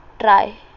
try